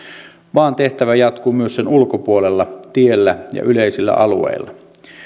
vaan tehtävä jatkuu myös sen ulkopuolella tiellä ja yleisillä alueilla